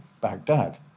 Baghdad